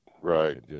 Right